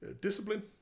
discipline